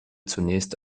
zunächst